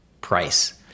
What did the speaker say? price